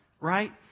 right